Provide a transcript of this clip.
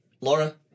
Laura